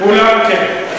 כן.